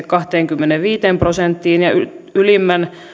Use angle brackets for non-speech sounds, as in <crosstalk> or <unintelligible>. <unintelligible> kahteenkymmeneenviiteen prosenttiin ja ylimmän